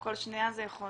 בכל שנייה זה יכול